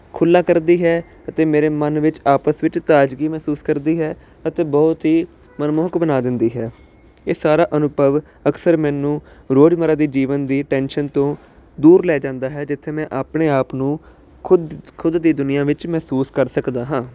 ਖੁੱਲ੍ਹਾ ਕਰਦੀ ਹੈ ਅਤੇ ਮੇਰੇ ਮਨ ਵਿੱਚ ਆਪਸ ਵਿੱਚ ਤਾਜ਼ਗੀ ਮਹਿਸੂਸ ਕਰਦੀ ਹੈ ਅਤੇ ਬਹੁਤ ਹੀ ਮਨਮੋਹਕ ਬਣਾ ਦਿੰਦੀ ਹੈ ਇਹ ਸਾਰਾ ਅਨੁਭਵ ਅਕਸਰ ਮੈਨੂੰ ਰੋਜ਼ਮੱਰਾ ਦੀ ਜੀਵਨ ਦੀ ਟੈਨਸ਼ਨ ਤੋਂ ਦੂਰ ਲੈ ਜਾਂਦਾ ਹੈ ਜਿੱਥੇ ਮੈਂ ਆਪਣੇ ਆਪ ਨੂੰ ਖੁਦ ਖੁਦ ਦੀ ਦੁਨੀਆ ਵਿੱਚ ਮਹਿਸੂਸ ਕਰ ਸਕਦਾ ਹਾਂ